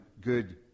good